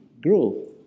grow